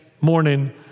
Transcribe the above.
morning